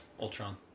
Ultron